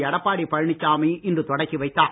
எடப்பாடி பழனிச்சாமி இன்று தொடக்கி வைத்தார்